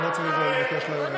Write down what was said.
אני מבקש לרדת.